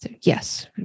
Yes